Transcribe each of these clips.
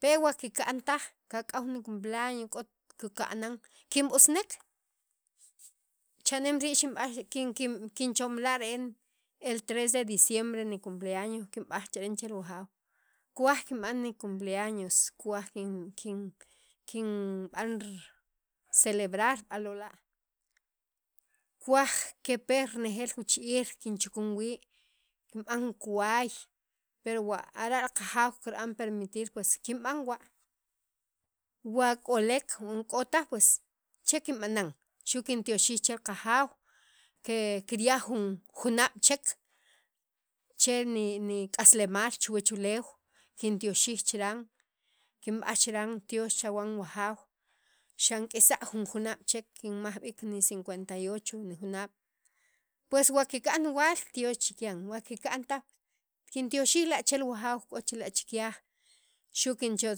per wa kika'n taj kak'aw ni cumpleaño k'ot kika'an kinb'usnek cha'nem rii' xinb'aj kinchom la' re'en el tres de diciembre ni cumpleaño kinb'al re'en chel wajaaw kuwaj kinb'an ni cumpleaños kuwaj kin kinb'an celebrar b'a lola' kuwaj kipe renejeel wichb'iil kinchukun wii' kinb'an kiwaay pero ara' li qajaaw kirb'an permitir pues kinb'an wa k'olek wan k'o taj che kinb'anan xu' kintyoxij chel wajaw ke kirya' jun junaab' chek chel ni nik'aslemaal chuwach li uleew kintyoxiij chiran kinb'aj chiran tyoox chawan wajaaj xank'isa' jun junaab' chek kinmaj b'iik ni ciencuenta y ocho nijunaab' nijunaab' pues wa kika'n waal tyoox chikyan wa kika'n taj kintyoxij la' chel wajaaw k'o chila' chikyaj xu' kinchio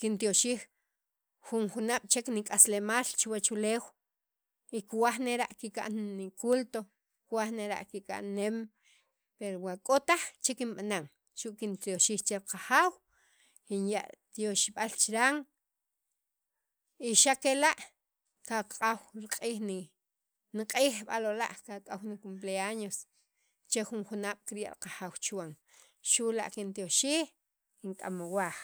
kintyoxij jun junab' chek nik'aslemaal chuwach uleew y kuwaj nera' kika'n niculto kuwaj nera' nem pero wa k'o taj che kinb'aann xu' kintyoxij chel qajaaw kinya' tyoxb'al chiran y xa' kela' kak'aw ri q'iij ni q'iij ni cumpleaños che jun junaab' kirya' wajaaw chuwan xu' la kintyoxij kink'amwaj.